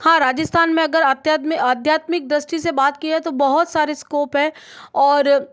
हाँ राजस्थान में अगर अतयादमी आध्यात्मिक दृष्टि से बात किया तो बहुत सारे स्कोप है और